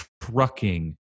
trucking